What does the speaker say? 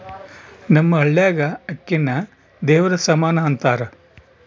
ನಮ್ಮ ಹಳ್ಯಾಗ ಅಕ್ಕಿನ ದೇವರ ಸಮಾನ ಅಂತಾರ